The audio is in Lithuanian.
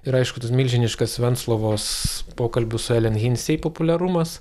ir aišku tas milžiniškas venclovos pokalbių su elen hinsei populiarumas